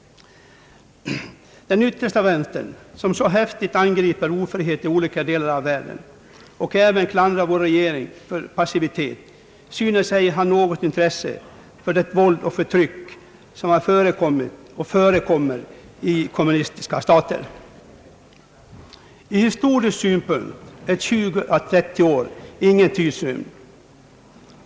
Den yttersta vänstern, som så häftigt angriper ofrihet i olika delar av världen och som även klandrar vår regering för passivitet, synes ej ha något intresse för det våld och det förtryck som har förekommit och fortfarande förekommer i kommunistiska stater. Ur historisk synpunkt är 20—30 år ingen nämnvärd tidrymd.